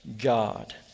God